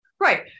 Right